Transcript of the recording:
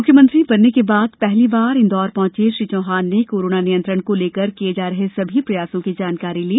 मुख्यमंत्री बनने के बाद पहली बार इंदौर पहुंचे श्री चौहान ने कोरोना नियंत्रण को लेकर किये जा रहे सभी प्रयासों की जानकारी ली